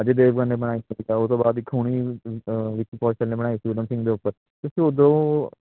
ਅਜੇ ਦੇਵਗਨ ਨੇ ਬਣਾਈ ਹੋਈ ਆ ਉਤੋਂ ਬਾਅਦ ਇੱਕ ਹੁਣੀ ਵਿੱਕੀ ਕੌਸ਼ਲ ਨੇ ਬਣਾਈ ਸੀ ਊਧਮ ਸਿੰਘ ਦੇ ਉੱਪਰ ਵੈਸੇ ਉਦੋਂ